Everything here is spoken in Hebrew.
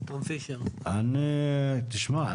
תשמע,